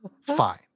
fine